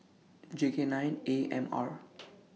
J K nine A M R